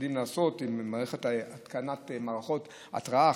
משתדלים לעשות: התקנת מערכות התרעה,